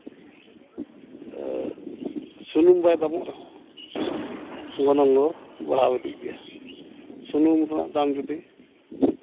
ᱥᱩᱱᱩᱢ ᱵᱟᱭ ᱫᱟᱢᱚᱜ ᱨᱮᱦᱚᱸ ᱜᱚᱱᱚᱝ ᱫᱚ ᱵᱟᱲᱦᱟᱣ ᱤᱫᱤᱜ ᱜᱮᱭᱟ ᱥᱩᱱᱩᱢ ᱨᱮᱱᱟᱜ ᱫᱟᱢ ᱡᱩᱫᱤ